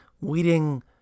Weeding